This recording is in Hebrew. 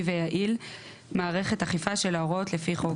ויעיל מערכת אכיפה של ההוראות לפי חוק